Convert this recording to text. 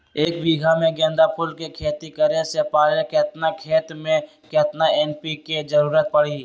एक बीघा में गेंदा फूल के खेती करे से पहले केतना खेत में केतना एन.पी.के के जरूरत परी?